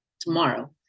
tomorrow